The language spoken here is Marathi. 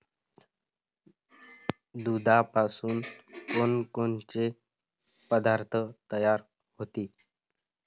दुधापासून कोनकोनचे पदार्थ तयार होते?